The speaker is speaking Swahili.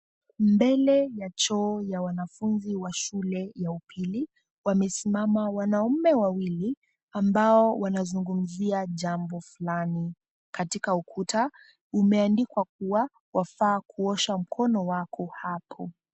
Mbele ya choo ya wanafunzi wa shule ya upili, wamesimama wanaume wawili ambao wanazungumzia jambo fulani. Katika ukuta umeandikwa kwa wafaa kuosha mikono wako hapo.